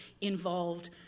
involved